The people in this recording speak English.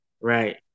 Right